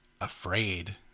afraid